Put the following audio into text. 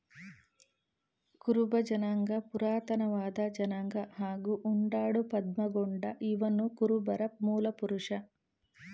ಕುರುಬ ಜನಾಂಗ ಪುರಾತನವಾದ ಜನಾಂಗ ಹಾಗೂ ಉಂಡಾಡು ಪದ್ಮಗೊಂಡ ಇವನುಕುರುಬರ ಮೂಲಪುರುಷ